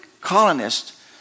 colonists